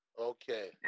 Okay